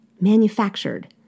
manufactured